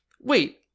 Wait